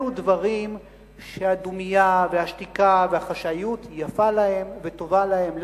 אלו דברים שהדומייה והשתיקה והחשאיות יפה להם וטובה להם,